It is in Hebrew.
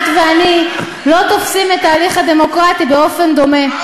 את ואני לא תופסות את ההליך הדמוקרטי באופן דומה.